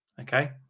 Okay